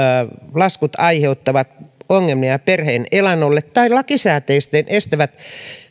laskut aiheuttavat ongelmia perheen elannolle tai estävät